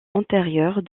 antérieure